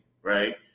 Right